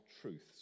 truths